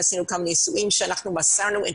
יש דברים שהם ברמה הלאומית כמו כרגע ההחרגות